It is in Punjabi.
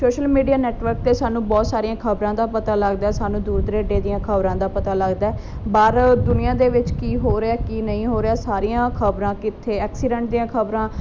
ਸ਼ੋਸ਼ਲ ਮੀਡੀਆ ਨੈਟਵਰਕ 'ਤੇ ਸਾਨੂੰ ਬਹੁਤ ਸਾਰੀਆਂ ਖ਼ਬਰਾਂ ਦਾ ਪਤਾ ਲੱਗਦਾ ਸਾਨੂੰ ਦੁਰਾਡੇ ਦੀਆਂ ਖ਼ਬਰਾਂ ਦਾ ਪਤਾ ਲੱਗਦਾ ਬਾਹਰ ਦੁਨੀਆ ਦੇ ਵਿੱਚ ਕੀ ਹੋ ਰਿਹਾ ਕੀ ਨਹੀਂ ਹੋ ਰਿਹਾ ਸਾਰੀਆਂ ਖ਼ਬਰਾਂ ਕਿੱਥੇ ਐਕਸੀਡੈਂਟ ਦੀਆਂ ਖ਼ਬਰਾਂ